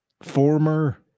Former